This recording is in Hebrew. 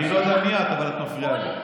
אני לא יודע מי את, אבל את מפריעה לי.